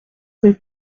rue